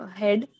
head